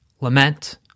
Lament